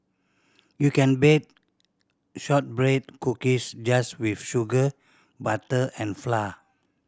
you can bake shortbread cookies just with sugar butter and flour